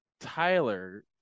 Tyler